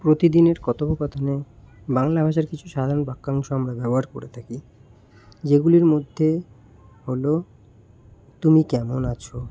প্রতিদিনের কথোপকথনে বাংলা ভাষার কিছু সাধারণ বাক্যাংশ আমরা ব্যবহার করে থাকি যেগুলির মধ্যে হলো তুমি কেমন আছ